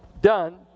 done